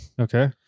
Okay